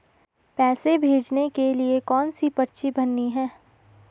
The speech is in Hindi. पैसे भेजने के लिए कौनसी पर्ची भरनी है?